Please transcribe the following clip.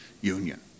Union